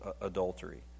adultery